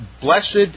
Blessed